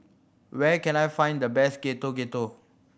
where can I find the best Getuk Getuk